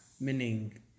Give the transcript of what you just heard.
meaning